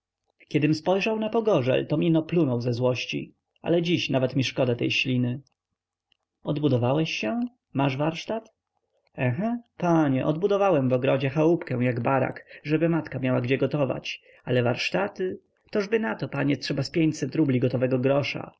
kiedym spojrzał na pogorzel tom ino plunął ze złości ale dziś nawet mi szkoda tej śliny odbudowałeś się masz warsztat ehe panie odbudowałem w ogrodzie chałupę jak barak żeby matka miała gdzie gotować ale warsztaty tożby nato panie trzeba z pięćset rubli gotowego grosza